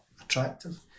attractive